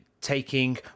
taking